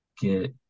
get